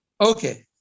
okay